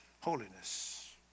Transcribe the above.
holiness